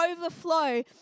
overflow